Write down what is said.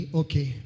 okay